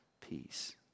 peace